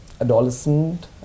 adolescent